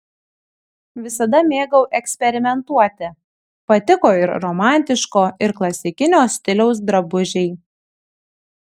visada mėgau eksperimentuoti patiko ir romantiško ir klasikinio stiliaus drabužiai